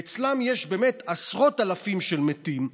ואצלן יש עשרות אלפים של מתים,